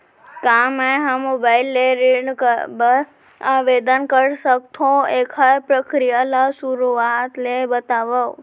का मैं ह मोबाइल ले ऋण बर आवेदन कर सकथो, एखर प्रक्रिया ला शुरुआत ले बतावव?